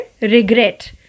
regret